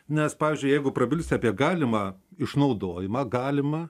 nes pavyzdžiui jeigu prabilsi apie galimą išnaudojimą galimą